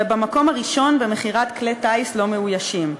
ובמקום הראשון במכירת כלי טיס לא מאוישים.